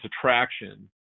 attraction